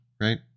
right